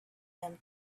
him